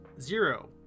zero